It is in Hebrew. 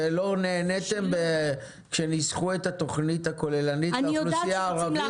ולא נעניתם כשניסחו את התוכנית הכוללנית לאוכלוסייה הערבית?